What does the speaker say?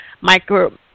micro